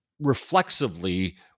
reflexively